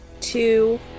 two